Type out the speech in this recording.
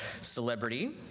celebrity